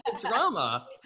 Drama